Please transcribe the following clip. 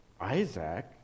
Isaac